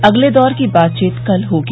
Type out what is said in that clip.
अगले दौर की बातचीत कल होगी